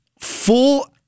full